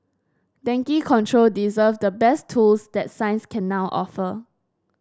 dengue control deserves the best tools that science can now offer